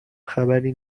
خبری